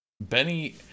Benny